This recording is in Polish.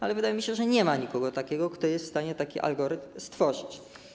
Ale wydaje mi się, że nie ma nikogo takiego, kto jest w stanie taki algorytm stworzyć.